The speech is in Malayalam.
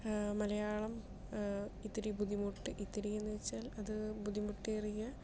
മലയാളം ഇത്തിരി ബുദ്ധിമുട്ട് ഇത്തിരി എന്ന് വെച്ചാൽ അത് ബുദ്ധിമുട്ടേറിയ